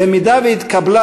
במידה שהתקבלה,